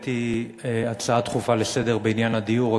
העליתי הצעה דחופה לסדר-היום בעניין הדיור,